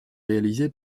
réalisé